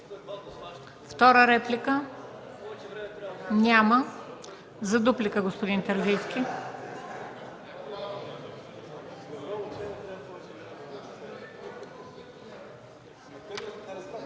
Втора реплика? Няма. Дуплика – господин Терзийски.